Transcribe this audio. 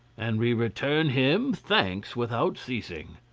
and we return him thanks without ceasing.